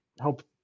help